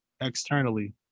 externally